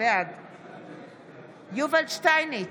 בעד יובל שטייניץ,